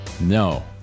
No